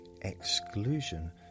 exclusion